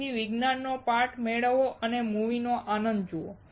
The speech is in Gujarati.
તેથી વિજ્ઞાન નો પાર્ટ મેળવો અને મૂવીનો આનંદ જુઓ